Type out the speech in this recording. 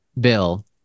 bill